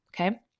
Okay